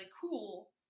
cool